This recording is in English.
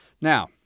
Now